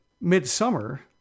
midsummer